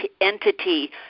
entity